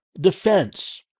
defense